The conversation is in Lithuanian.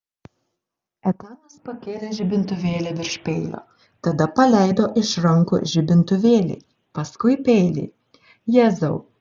etanas pakėlė žibintuvėlį virš peilio tada paleido iš rankų žibintuvėlį paskui peilį jėzau